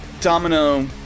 Domino